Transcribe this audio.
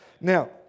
Now